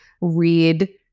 Read